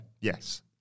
Yes